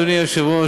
אדוני היושב-ראש,